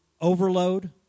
overload